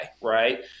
right